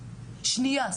שנייה,